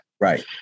Right